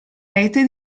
rete